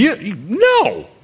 No